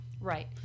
Right